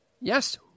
Yes